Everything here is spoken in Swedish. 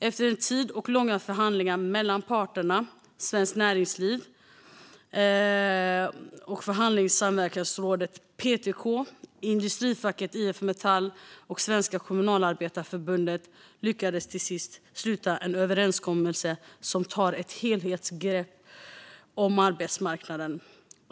Efter en tid och långa förhandlingar mellan parterna Svenskt Näringsliv, förhandlings och samverkansrådet PTK, IF Metall och Svenska Kommunalarbetareförbundet lyckades man till slut träffa en överenskommelse som tar ett helhetsgrepp om arbetsmarknaden.